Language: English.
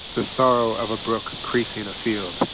the sorrow of a brook creasing a field.